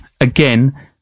Again